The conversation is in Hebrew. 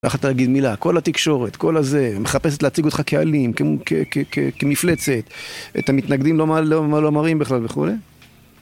לא יכולת להגיד מילה, כל התקשורת, כל הזה, מחפשת להציג אותך כאלים, כמפלצת, את המתנגדים לא מראים בכלל וכולי?